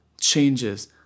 changes